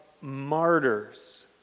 martyrs